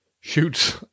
shoots